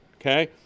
okay